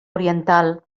oriental